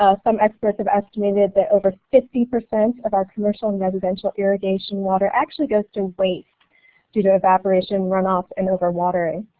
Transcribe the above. ah some experts have estimated that over fifty percent of our commercial and residential irrigation water actually goes to waste due to evaporation, runoff, and over watering.